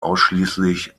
ausschließlich